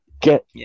get